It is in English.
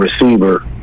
receiver